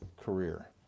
career